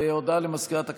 הודעה למזכירת הכנסת.